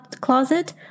closet